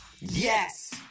Yes